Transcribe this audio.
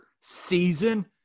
season